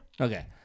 Okay